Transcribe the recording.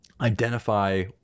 identify